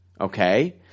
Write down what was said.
Okay